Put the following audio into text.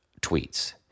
tweets